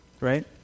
Right